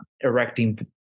erecting